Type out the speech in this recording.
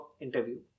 interview